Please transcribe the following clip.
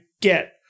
get